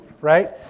right